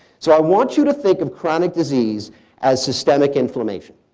so i want you to think of chronic disease as systemic inflammation.